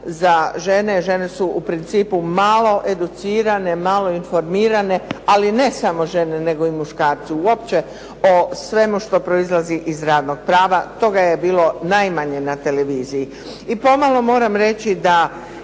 za žene, žene su u principu malo educirane, malo informirane ali ne samo žene nego i muškarci uopće o svemu što proizlazi iz radnog prava toga je bilo najmanje na televiziji. I pomalo moram reći da